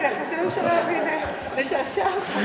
כן, אנחנו נעשה להם שלום, נשעשע אותם קצת.